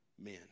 men